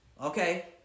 Okay